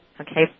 okay